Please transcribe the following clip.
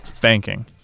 Banking